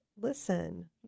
Listen